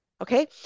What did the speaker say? okay